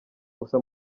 gusa